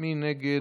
מי נגד?